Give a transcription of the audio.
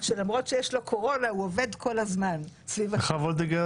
עושים חוכא ואיתלולא מהחלטת ממשלה שכבר התקבלה,